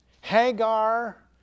Hagar